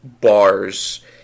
bars